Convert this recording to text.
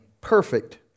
perfect